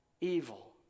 evil